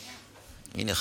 הינה,